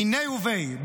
מינה וביה,